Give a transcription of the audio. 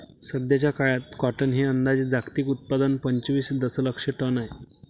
सध्याचा काळात कॉटन हे अंदाजे जागतिक उत्पादन पंचवीस दशलक्ष टन आहे